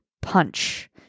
punch